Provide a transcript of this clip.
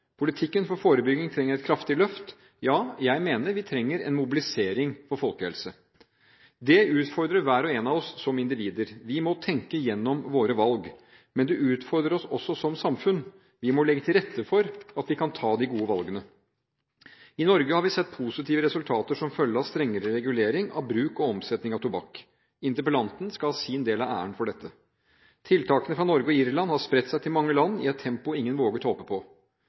Politikken for forebygging trenger et kraftig løft. Ja, jeg mener vi trenger en mobilisering for folkehelse. Det utfordrer hver og en av oss som individer. Vi må tenke igjennom våre valg. Men det utfordrer oss også som samfunn. Vi må legge til rette for at vi kan ta de gode valgene. I Norge har vi sett positive resultater som følge av strengere regulering av bruk og omsetning av tobakk. Interpellanten skal ha sin del av æren for dette. Tiltakene fra Norge og Irland har spredt seg til mange land i et tempo ingen våget å håpe på.